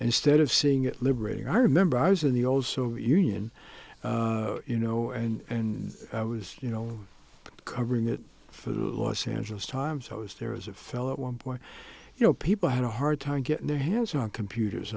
instead of seeing it liberating i remember i was in the old soviet union you know and i was you know covering that for the los angeles times i was there was a fellow at one point you know people had a hard time getting their hands on computers